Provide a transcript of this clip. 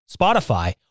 Spotify